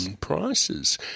prices